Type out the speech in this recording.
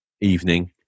evening